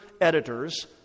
editors